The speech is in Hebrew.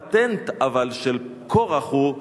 אבל הפטנט של קורח הוא,